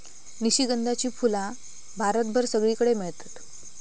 निशिगंधाची फुला भारतभर सगळीकडे मेळतत